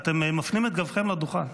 אתם מפנים את גבכם לדוכן,